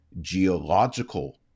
geological